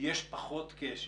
יש פחות קשר,